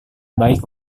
baik